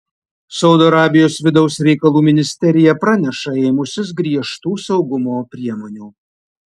saudo arabijos vidaus reikalų ministerija praneša ėmusis griežtų saugumo priemonių